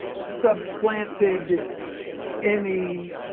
supplanted any,